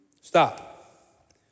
Stop